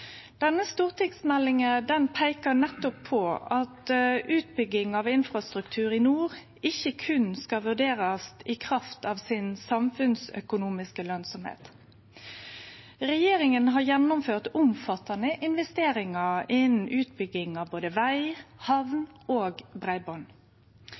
Denne stortingsmeldinga peikar nettopp på at utbygging av infrastruktur i nord ikkje berre skal vurderast i kraft av den samfunnsøkonomiske lønsemda. Regjeringa har gjennomført omfattande investeringar innan utbygging av både veg,